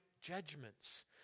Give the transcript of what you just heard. judgments